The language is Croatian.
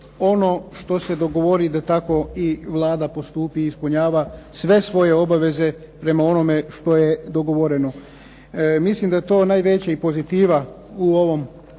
ono što se govori da tako Vlada postupi i ispunjava sve svoje obaveze prema onome što je dogovoreno. Mislim da je to najveća pozitiva u ovom